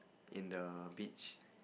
in the beach